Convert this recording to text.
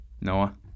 Noah